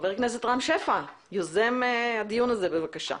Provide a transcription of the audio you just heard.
חבר הכנסת רם שפע, יוזם הדיון הזה, בבקשה.